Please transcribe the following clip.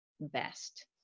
best